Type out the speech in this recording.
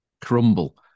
crumble